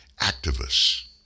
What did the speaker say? activists